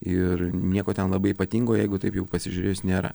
ir nieko ten labai ypatingo jeigu taip jau pasižiūrėjus nėra